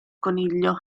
coniglio